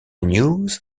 news